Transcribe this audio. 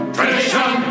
Tradition